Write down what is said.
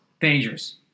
dangerous